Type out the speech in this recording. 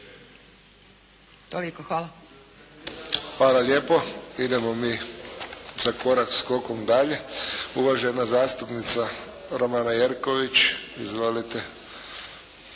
Josip (HSS)** Hvala lijepo. Idemo mi za korak skokom dalje. Uvažena zastupnica Romana Jerković. Izvolite.